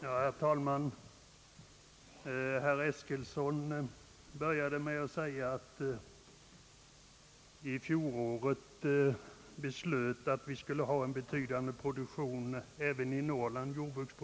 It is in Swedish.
Herr talman! Herr Eskilsson började med att säga att riksdagen förra året beslöt att man skulle ha en betydande jordbruksproduktion även i Norrland.